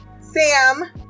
sam